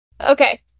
Okay